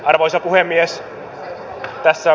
arvoisa puhemies